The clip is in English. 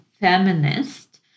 feminist